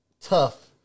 tough